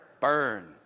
burn